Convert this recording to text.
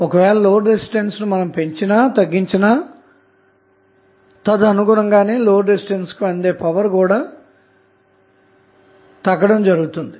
ఒకవేళ load resistance ను పెంచినా తగ్గించినా తదనుగుణంగా లోడ్ రెసిస్టెన్స్ కు అందే పవర్ అన్నది తగ్గడం జరుగుతుంది